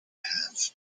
have